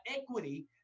equity